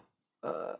err